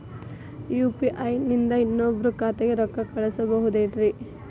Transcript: UPI ನಿಂದ ಇನ್ನೊಬ್ರ ಖಾತೆಗೆ ರೊಕ್ಕ ಕಳ್ಸಬಹುದೇನ್ರಿ?